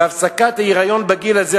והפסקת ההיריון בגיל הזה,